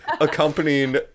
accompanying